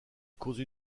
cause